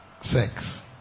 Sex